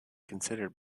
considered